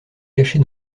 cacher